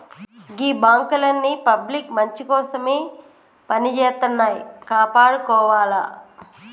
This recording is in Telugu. గీ బాంకులన్నీ పబ్లిక్ మంచికోసమే పనిజేత్తన్నయ్, కాపాడుకోవాల